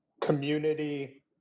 community